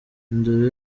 indoro